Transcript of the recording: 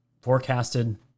forecasted